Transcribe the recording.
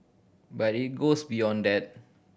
but it goes beyond that